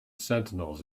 sentinels